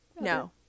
no